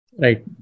Right